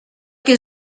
que